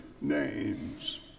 names